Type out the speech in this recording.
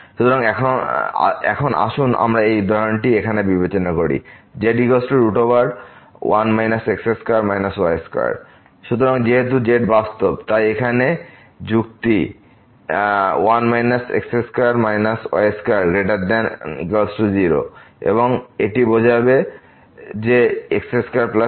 সুতরাং এখন আসুন আমরা এই উদাহরণটি এখানে বিবেচনা করি z1 x2 y2 সুতরাং যেহেতু এই z বাস্তব তাই এখানে যুক্তি ≥0 এবং এটি বোঝাবে যে x2y2≤1